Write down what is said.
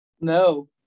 no